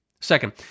Second